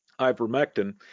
ivermectin